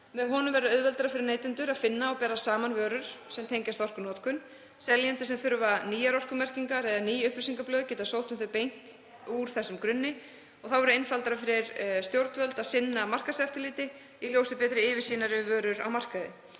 Með honum verður auðveldara fyrir neytendur að finna og bera saman vörur sem tengjast orkunotkun. Seljendur sem þurfa nýjar orkumerkingar eða ný upplýsingablöð geta sótt um þau beint úr þessum grunni og verður einfaldara fyrir stjórnvöld að sinna markaðseftirliti í ljósi betri yfirsýnar yfir vörur á markaði.